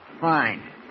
Fine